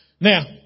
Now